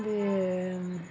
வந்து